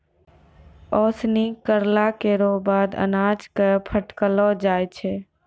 ओसौनी करला केरो बाद अनाज क फटकलो जाय छै